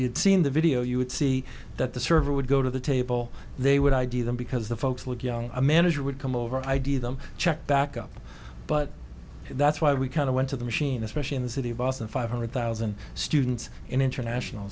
had seen the video you would see that the server would go to the table they would id them because the folks look young a manager would come over idea them check back up but that's why we kind of went to the machine especially in the city of austin five hundred thousand students and international